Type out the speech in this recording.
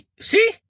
See